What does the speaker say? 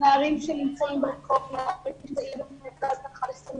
ואנשים לא רוצים